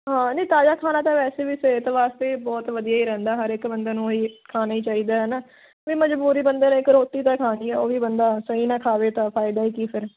ਹਾਂ ਨਹੀਂ ਤਾਜ਼ਾ ਖਾਣਾ ਤਾਂ ਵੈਸੇ ਵੀ ਸਿਹਤ ਵਾਸਤੇ ਵੀ ਬਹੁਤ ਵਧੀਆ ਹੀ ਰਹਿੰਦਾ ਹਰ ਇੱਕ ਬੰਦੇ ਨੂੰ ਇਹ ਹੀ ਖਾਣਾ ਹੀ ਚਾਹੀਦਾ ਹੈ ਨਾ ਵੀ ਮਜ਼ਬੂਰੀ ਬੰਦੇ ਨੇ ਇੱਕ ਰੋਟੀ ਤਾਂ ਖਾਣੀ ਆ ਉਹ ਵੀ ਬੰਦਾ ਸਹੀ ਨਾ ਖਾਵੇ ਤਾਂ ਫ਼ਾਇਦਾ ਹੀ ਕੀ ਫਿਰ